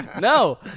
No